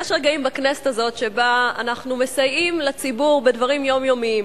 יש רגעים בכנסת הזאת שבהם אנחנו מסייעים לציבור בדברים יומיומיים.